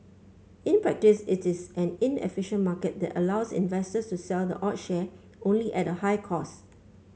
in practice it is an inefficient market that allows investors to sell the odd share only at a high cost